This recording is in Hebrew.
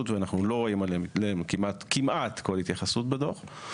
ואנחנו לא רואים עליהם כמעט כל התייחסות בדוח,